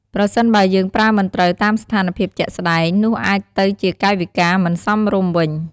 ប្រសិនបើយើងប្រើមិនត្រូវតាមស្ថានភាពជាក់ស្តែង នោះអាចទៅជាកាយវិការមិនសមរម្យវិញ ។